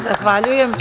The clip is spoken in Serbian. Zahvaljujem.